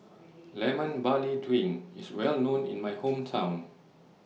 Lemon Barley Drink IS Well known in My Hometown